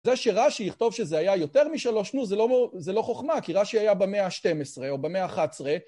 זה שרש"י יכתוב שזה היה יותר משלוש נו, זה לא חוכמה, כי רשי היה במאה ה-12 או במאה ה-11.